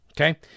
Okay